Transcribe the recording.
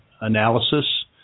analysis